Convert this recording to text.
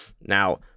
Now